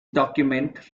document